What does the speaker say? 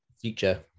future